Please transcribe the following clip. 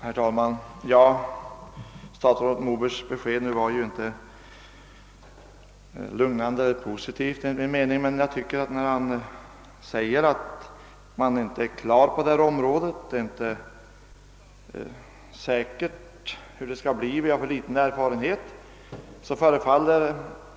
Herr talman! Statsrådet Mobergs senaste upplysning var enligt min mening varken lugnande eller positiv. Han säger att det ännu inte råder klarhet på detta område, att det inte är säkert hur det skall bli och att man har för liten erfarenhet.